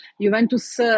Juventus